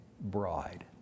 bride